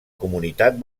comunitat